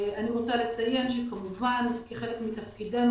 אני רוצה לציין שכמובן כחלק מתפקידנו